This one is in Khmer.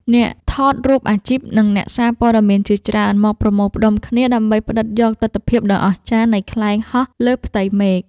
អ្នកថតរូបអាជីព និងអ្នកសារព័ត៌មានជាច្រើនមកប្រមូលផ្ដុំគ្នា ដើម្បីផ្ដិតយកទិដ្ឋភាពដ៏អស្ចារ្យនៃខ្លែងហោះលើផ្ទៃមេឃ។